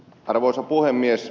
arvoisa puhemies